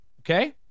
okay